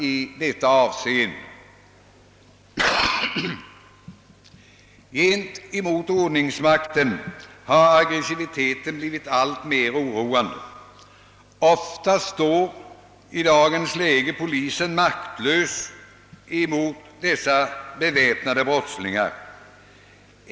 Aggressiviteten gentemot ordningsmakten har också blivit alltmer oroande, och i dag står polisen ofta maktlös mot de beväpnade brottslingarna.